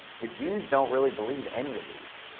the jews don't really believe any of these.